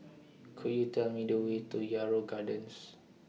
Could YOU Tell Me The Way to Yarrow Gardens